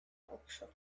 också